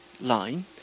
line